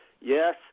yes